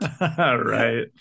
right